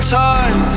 time